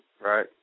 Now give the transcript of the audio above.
right